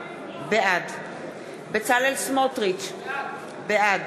בעד בצלאל סמוטריץ, בעד